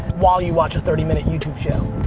while you watch a thirty minute youtube show.